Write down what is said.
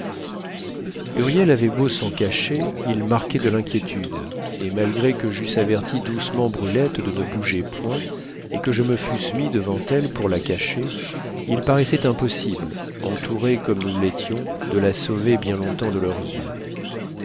huriel avait beau s'en cacher il marquait de l'inquiétude et malgré que j'eusse averti doucement brulette de ne bouger point et que je me fusse mis devant elle pour la cacher il paraissait impossible entourés comme nous l'étions de la sauver bien longtemps de leurs yeux